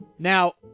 Now